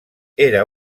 era